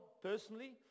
personally